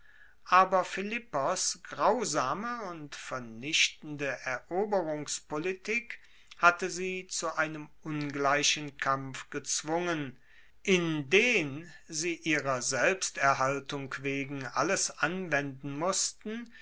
aber philippos grausame und vernichtende eroberungspolitik hatte sie zu einem ungleichen kampf gezwungen in den sie ihrer selbsterhaltung wegen alles anwenden mussten